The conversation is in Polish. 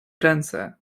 ręce